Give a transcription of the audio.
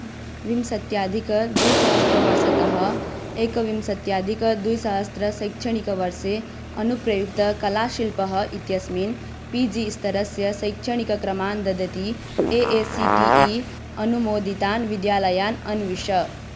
विंशत्यधिकद्विसहस्रवर्षतः एकविंशत्यधिकद्विसहस्रशैक्षणिकवर्षे अनुप्रयुक्तकलाशिल्पः इत्यस्मिन् पी जी स्थरस्य शैक्षणिकक्रमान् ददति A I C T E अनुमोदितान् विद्यालयान् अन्विष